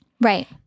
Right